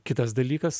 kitas dalykas